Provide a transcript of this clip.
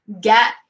get